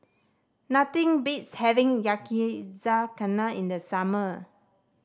nothing beats having Yakizakana in the summer